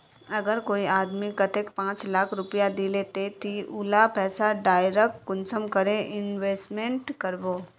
अगर कोई आदमी कतेक पाँच लाख रुपया दिले ते ती उला पैसा डायरक कुंसम करे इन्वेस्टमेंट करबो?